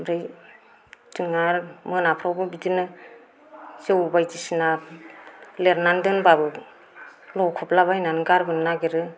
ओमफ्राय जोङो आरो मोनाफ्रावबो बिदिनो जौ बायदिसिना लिरनानै दोनबाबो लखब्लाबायनानै गारबोनो नागिरो